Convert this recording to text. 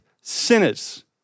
sinners